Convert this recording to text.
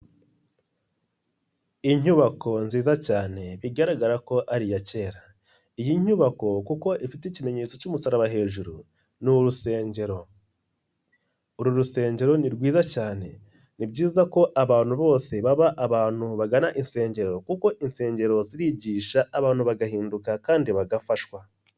Inyubako nziza cyane bigaragara ko ari iya kera. Iyi nyubako kuko ifite ikimenyetso cy'umusaraba hejuru, ni urusengero. Uru rusengero ni rwiza cyane. Ni byiza ko abantu bose baba abantu bagana insengero kuko insengero zirigisha abantu bagahinduka kandi bagafashwa.